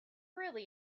really